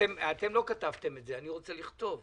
אתם לא כתבתם את זה, אני רוצה לכתוב.